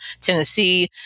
Tennessee